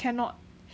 cannot